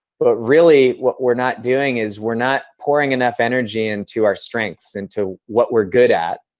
but, really, what we're not doing is we're not pouring enough energy into our strengths, into what we're good at.